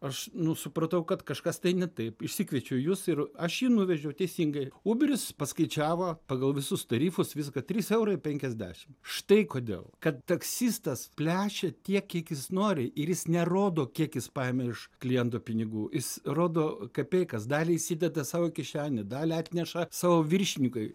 aš nu supratau kad kažkas tai ne taip išsikviečiau jus ir aš jį nuvežiau teisingai uberis paskaičiavo pagal visus tarifus viską trys eurai penkiasdešim štai kodėl kad taksistas plešia tiek kiek jis nori ir jis nerodo kiek jis paėmė iš kliento pinigų jis rodo kapeikas dalį įsideda sau į kišenę dalį atneša savo viršininkui